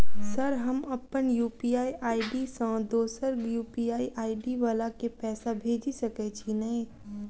Sir हम अप्पन UPI ID सँ दोसर यु.पी.आई आई.डी वला केँ पैसा भेजि सकै छी नै?